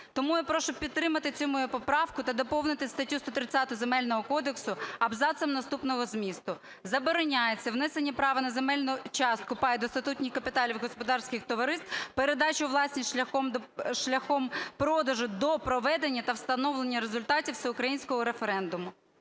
Тому я прошу підтримати цю мою поправку та: "Доповнити статтю 130 Земельного кодексу абзацом наступного змісту: "Забороняється внесення права на земельну частку (пай) до статутних капіталів господарських товариств, передачу у власність шляхом продажу до проведення та встановлення результатів всеукраїнського референдуму"".